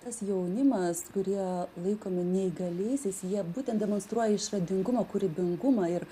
tas jaunimas kurie laikomi neįgaliaisiais jie būtent demonstruoja išradingumą kūrybingumą ir